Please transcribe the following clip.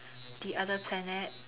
the other planet